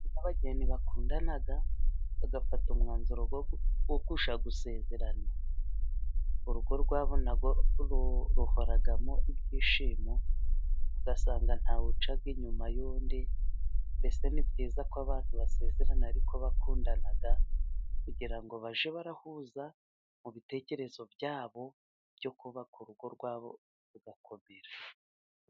Abageni bakundana, bagafata umwanzuro wo kujya gusezerana, urugo rwabo ruhoramo ibyishimo, ugasanga ntawe uca inyuma y'undi, mbese ni byiza ko abantu basezerana ariko bakundana, kugira ngo bajye bahuza mu bitekerezo byabo, byo kubaka urugo rwabo rugakomera.